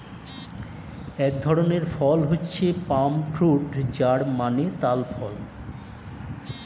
এক ধরনের ফল হচ্ছে পাম ফ্রুট যার মানে তাল ফল